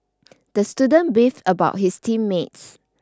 the student beefed about his team mates